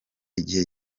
igihe